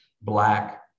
black